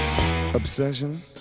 obsession